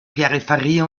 peripherie